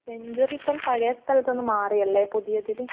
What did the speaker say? century ഇപ്പം പഴയ സ്ഥലത്തിന്നു മാറി അല്ലേ പുതിയതിൽ